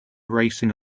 racing